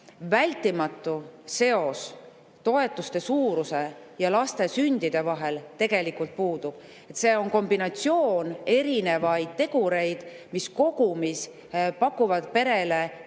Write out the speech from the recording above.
vältimatu seos toetuste suuruse ja laste sündide vahel tegelikult puudub. Kombinatsioon erinevaid tegureid kogumis pakuvad perele